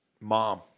Mom